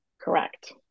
Correct